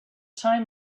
time